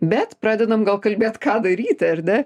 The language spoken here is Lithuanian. bet pradedam gal kalbėt ką daryti ar ne